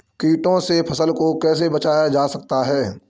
कीटों से फसल को कैसे बचाया जा सकता है?